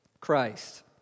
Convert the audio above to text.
Christ